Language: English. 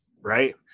right